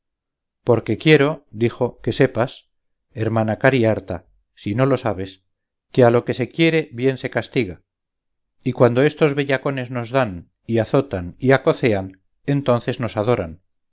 porque quiero dijo que sepas hermana cariharta si no lo sabes que a lo que se quiere bien se castiga y cuando estos bellacones nos dan y azotan y acocean entonces nos adoran